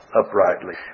uprightly